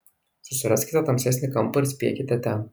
susiraskite tamsesnį kampą ir spiekite ten